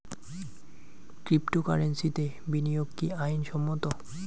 ক্রিপ্টোকারেন্সিতে বিনিয়োগ কি আইন সম্মত?